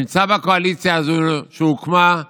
נמצא בקואליציה הזו שהוקמה.